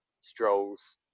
Stroll's